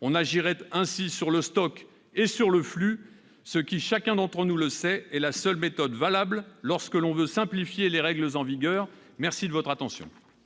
On agirait ainsi sur le stock et sur le flux, ce qui, chacun d'entre nous le sait, est la seule méthode valable lorsque l'on veut simplifier les règles en vigueur. La parole est